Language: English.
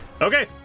Okay